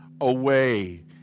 away